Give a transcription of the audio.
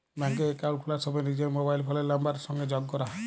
ব্যাংকে একাউল্ট খুলার সময় লিজের মবাইল ফোলের লাম্বারের সংগে যগ ক্যরা